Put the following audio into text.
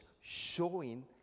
showing